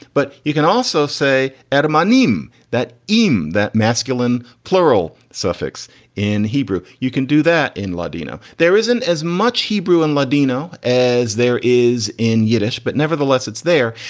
but you can also say at um ah nim that in that masculine plural suffix in hebrew, you can do that in ladino. there isn't as much hebrew in ladino as there is in yiddish, but nevertheless it's there.